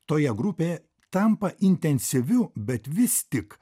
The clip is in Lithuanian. toje grupėje tampa intensyviu bet vis tik